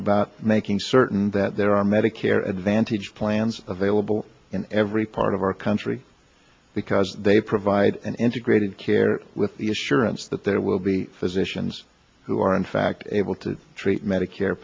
about making certain that there are medicare advantage plans available in every part of our country because they provide an integrated care with the assurance that there will be physicians who are in fact able to treat medicare